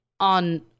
on